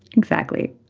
exactly.